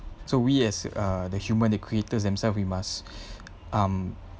so we as uh the human the creators themselves we must um